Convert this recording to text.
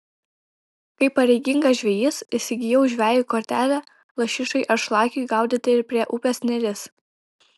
kaip pareigingas žvejys įsigijau žvejui kortelę lašišai ar šlakiui gaudyti ir prie upės neris